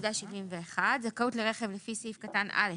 (א)4.386.71 זכאות לרכב לפי סעיף קטן (א)